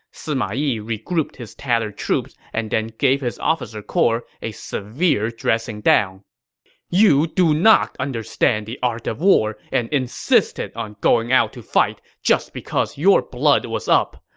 sima yi regrouped his tattered troops and then gave his officer corps a severe dressing down you do not understand the art of war and insisted on going out to fight just because your blood was up!